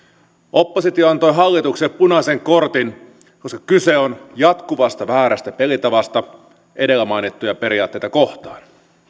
oppositio antoi hallitukselle punaisen kortin koska kyse on jatkuvasta väärästä pelitavasta edellä mainittuja periaatteita kohtaan